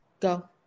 Go